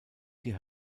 die